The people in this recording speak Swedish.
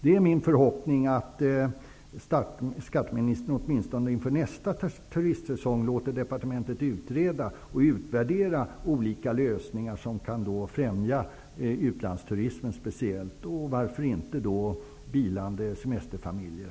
Det är min förhoppning att skatteministern åtminstone inför nästa turistsäsong låter departementet utreda och utvärdera olika lösningar som kan främja speciellt utlandsturismen -- och varför inte då också bilande semesterfamiljer?